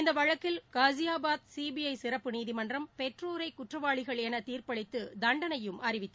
இந்த வழ்கிகல் காலியாபாத் சிபிஐ சிறப்பு நீதிமன்றம் பெற்றோரை குற்றவாளிகள் என தீர்ப்பளித்து தண்டனையும் அறிவித்து